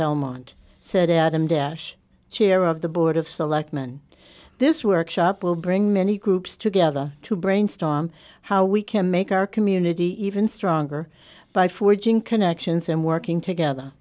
belmont said adam dash chair of the board of selectmen this workshop will bring many groups together to brainstorm how we can make our community even stronger by forging connections and working together